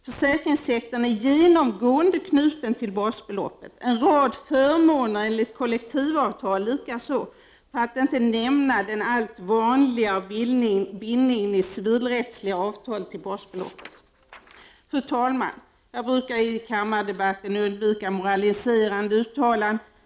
Försäkringssektorn är genomgående knuten till basbeloppet och en rad förmåner enligt kollektivavtal likaså, för att inte nämna den allt vanligare bindningen i civilrättsliga avtal till basbeloppet. Fru talman! Jag brukar i kammardebatten undvika moraliserande uttalanden.